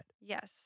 Yes